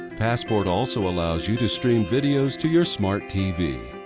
passport also allows you to stream videos to your smart tv